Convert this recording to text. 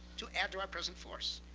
to add to our present force.